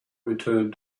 returned